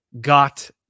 got